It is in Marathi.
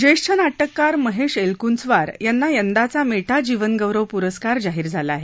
ज्येष्ठ नाटककार महेश एलकृचवार यांना यंदाचा मेटा जीवनगौरव पुरस्कार जाहीर झाला आहे